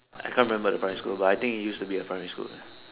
I can't remember the primary school but I think it used to be a primary school ah